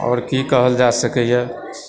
आओर की कहल जा सकैए